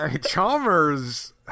Chalmers